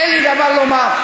אין לי דבר לומר.